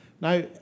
Now